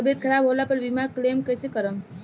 तबियत खराब होला पर बीमा क्लेम कैसे करम?